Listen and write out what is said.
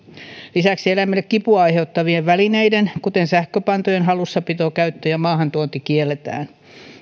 lisäksi eläimille kipua aiheuttavien välineiden kuten sähköpantojen hallussapito käyttö ja maahantuonti kielletään